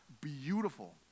beautiful